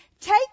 Take